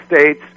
states